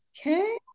Okay